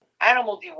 animal